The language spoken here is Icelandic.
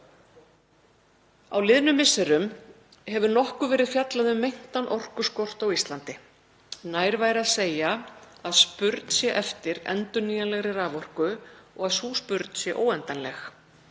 Á liðnum misserum hefur nokkuð verið fjallað um meintan orkuskort á Íslandi. Nær væri að segja að spurn sé eftir endurnýjanlegri raforku og að sú spurn sé óendanleg